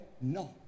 No